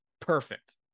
perfect